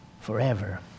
forever